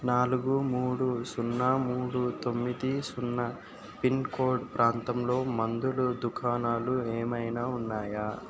నాలుగు మూడు సున్నా మూడు తొమ్మిది సున్నా పిన్ కోడ్ ప్రాంతంలో మందులు దుకాణాలు ఏమైనా ఉన్నాయా